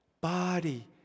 body